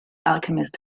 alchemist